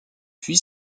puis